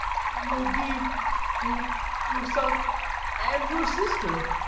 you'll be both yourself and your sister